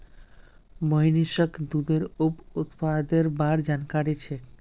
मोहनीशक दूधेर उप उत्पादेर बार जानकारी छेक